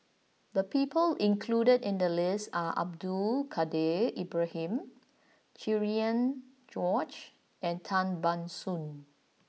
the people included in the list are Abdul Kadir Ibrahim Cherian George and Tan Ban Soon